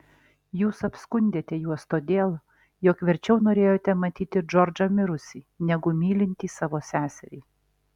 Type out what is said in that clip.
jūs apskundėte juos todėl jog verčiau norėjote matyti džordžą mirusį negu mylintį savo seserį